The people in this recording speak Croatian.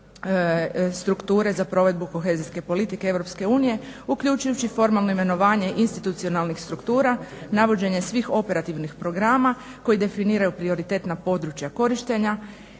uključujući i formalno imenovanje institucionalnih struktura navođenje svih operativnih programa koji definiraju prioritetna područja korištenja